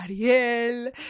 Ariel